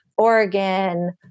Oregon